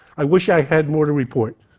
i wish i had more to report.